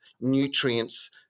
nutrients